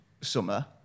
summer